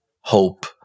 hope